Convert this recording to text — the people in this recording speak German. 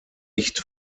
nicht